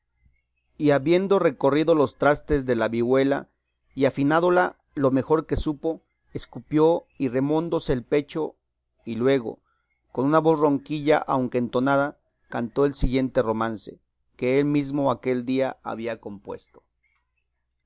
y habiendo recorrido los trastes de la vihuela y afinándola lo mejor que supo escupió y remondóse el pecho y luego con una voz ronquilla aunque entonada cantó el siguiente romance que él mismo aquel día había compuesto